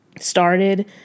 started